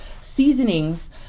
seasonings